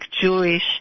Jewish